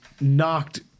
knocked